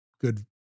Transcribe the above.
good